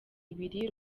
ibiri